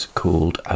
called